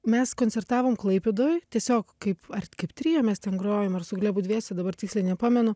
mes koncertavom klaipėdoj tiesiog kaip ar kaip trio mes ten grojom ar su glebu dviese dabar tiksliai nepamenu